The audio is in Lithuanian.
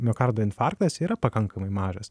miokardo infarktas yra pakankamai mažas